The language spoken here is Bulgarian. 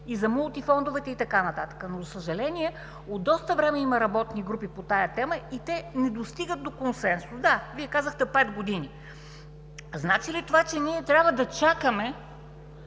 и за мултифондовете, и така нататък. За съжаление от доста време има работни групи по тази тема и те не достигат до консенсус. Да, Вие казахте – пет години. Значи ли това, че ние трябва да чакаме